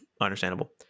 understandable